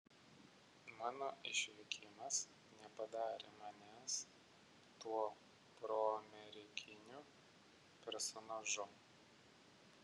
mano išvykimas nepadarė manęs tuo proamerikiniu personažu